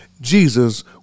Jesus